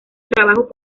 trabajos